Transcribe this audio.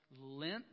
Lent